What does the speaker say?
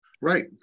Right